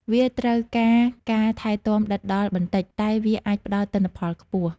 វាត្រូវការការថែទាំដិតដល់បន្តិច តែវាអាចផ្ដល់ទិន្នផលខ្ពស់។